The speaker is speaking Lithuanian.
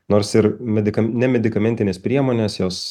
nors ir medikam nemedikamentinės priemonės jos